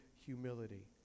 humility